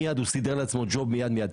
מיד הוא סידר לעצמו ג'וב וכולי.